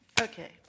Okay